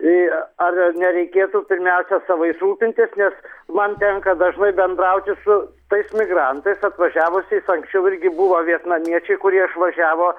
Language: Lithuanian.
i ar nereikėtų pirmiausia savais rūpintis nes man tenka dažnai bendrauti su tais migrantais atvažiavusiais anksčiau irgi buvo vietnamiečiai kurie išvažiavo